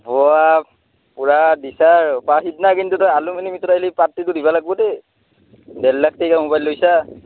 ৱাহ পূৰা দিছা আৰু বা সিদিনা কিন্তু তই এলুমিনি মিটত আহিলে পাৰ্টিটো কিন্তু দিব লাগব দেই ডেৰলাখ টকা মোবাইল লৈছা